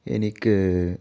എനിക്ക്